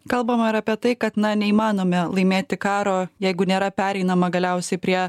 kalbama ir apie tai kad na neįmanome laimėti karo jeigu nėra pereinama galiausiai prie